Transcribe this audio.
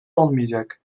olmayacak